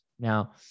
now